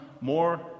more